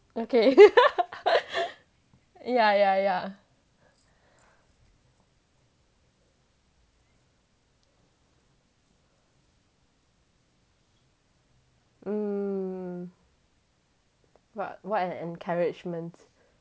okay yeah yeah yeah mm but what an encouragement